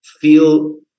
feel